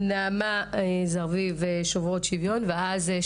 נעמה זרביב, משוברות שוויון, בבקשה.